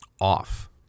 off